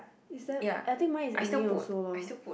is them I think mine is acne also lor